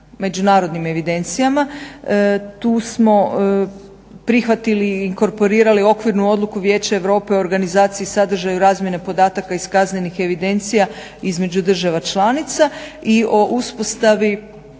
međunarodnim evidencijama. Tu smo prihvatili, inkorporirali okvirnu odluku Vijeća Europe o organizaciji, sadržaju razmjene podataka iz kaznenih evidencija između država članica i o uspostavi